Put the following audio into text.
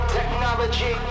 Technology